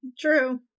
True